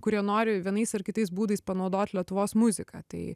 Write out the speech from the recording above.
kurie nori vienais ar kitais būdais panaudot lietuvos muziką tai